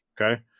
okay